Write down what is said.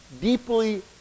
deeply